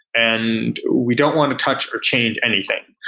and we don't want to touch or change anything.